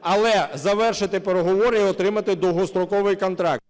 Але завершити переговори і отримати довгостроковий контракт.